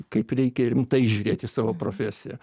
kaip reikia rimtai žiūrėt į savo profesiją